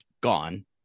gone